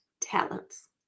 talents